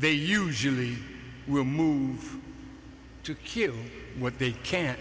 they usually will move to q what they can't